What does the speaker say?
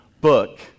book